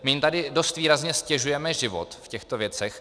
My jim tady dost výrazně ztěžujeme život v těchto věcech.